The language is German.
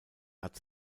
hat